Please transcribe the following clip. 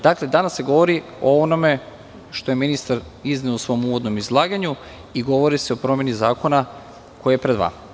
Dakle, danas se govori o onome što je ministar izneo u svom uvodnom izlaganju i govori se o promeni zakona koji je pred vama.